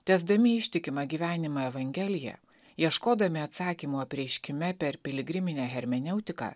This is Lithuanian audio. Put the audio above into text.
tęsdami ištikimą gyvenimą evangeliją ieškodami atsakymų apreiškime per piligriminę hermeneutiką